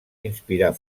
inspirar